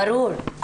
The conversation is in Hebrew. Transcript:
ברור.